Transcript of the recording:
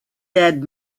dead